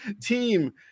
team